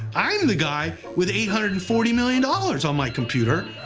i'm the guy with eight hundred and forty million ah dollars on my computer,